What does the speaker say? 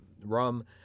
rum